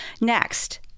Next